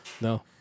No